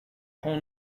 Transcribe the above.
whole